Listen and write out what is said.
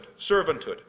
Servanthood